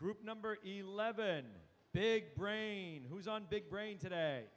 group number eleven big brain who is on big brain today